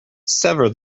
sever